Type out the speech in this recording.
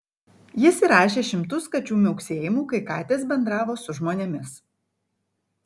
jis įrašė šimtus kačių miauksėjimų kai katės bendravo su žmonėmis